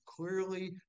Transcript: clearly